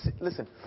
listen